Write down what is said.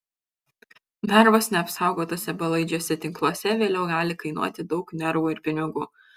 darbas neapsaugotuose belaidžiuose tinkluose vėliau gali kainuoti daug nervų ir pinigų